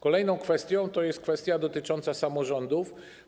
Kolejną kwestią jest kwestia dotycząca samorządów.